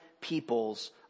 peoples